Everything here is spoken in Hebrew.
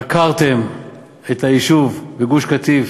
עקרתם את היישוב בגוש-קטיף